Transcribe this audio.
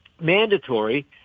mandatory